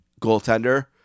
goaltender